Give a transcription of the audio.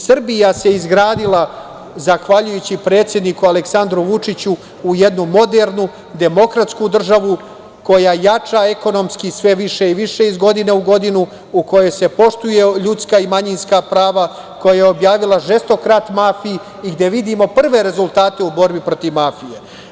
Srbija se izgradila zahvaljujući predsedniku Aleksandru Vučiću u jednu modernu, demokratsku državu, koja jača ekonomski sve više iz godine u godinu, u kojoj se poštuju ljudska i manjinska prava, koja je objavila žestok rat mafiji i gde vidimo prve rezultate u borbi protiv mafije.